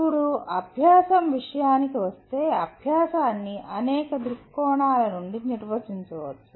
ఇప్పుడు అభ్యాసం విషయానికి వస్తే అభ్యాసాన్ని అనేక దృక్కోణాల నుండి నిర్వచించవచ్చు